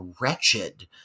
wretched